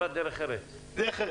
25%,